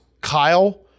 Kyle